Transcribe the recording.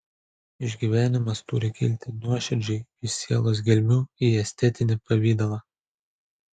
išgyvenimas turi kilti nuoširdžiai iš sielos gelmių į estetinį pavidalą